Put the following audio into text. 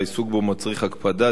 והעיסוק בו מצריך הקפדה,